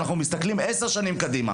אנחנו מסתכלים עשר שנים קדימה